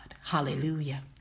Hallelujah